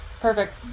Perfect